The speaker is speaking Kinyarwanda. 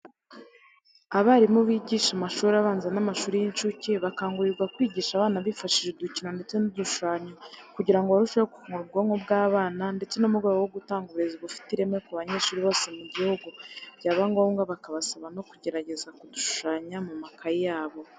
Abarimu bigisha amashuri abanza n'amashuri y'incuke bakangurirwa kwigisha abana bifashishije udukino ndetse n'udushushanyo kugira ngo barusheho gukangura ubwonko bw'abana ndetse no mu rwego rwo gutanga uburezi bufite ireme ku banyeshuri bose mu gihugu byaba ngombwa bakabasaba no kugerageza kudushushanya mu makayi yabo.